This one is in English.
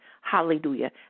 hallelujah